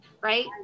right